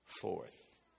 forth